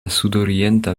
sudorienta